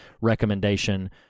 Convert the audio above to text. recommendation